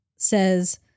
says